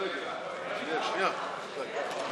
מסכמים את ההצבעה.